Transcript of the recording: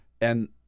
And-